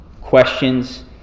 questions